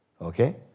Okay